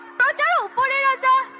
da da da